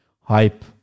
hype